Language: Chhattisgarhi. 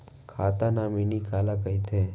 खाता नॉमिनी काला कइथे?